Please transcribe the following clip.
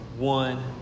one